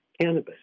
cannabis